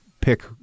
pick